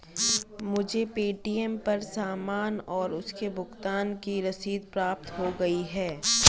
मुझे पे.टी.एम पर सामान और उसके भुगतान की रसीद प्राप्त हो गई है